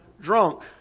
Drunk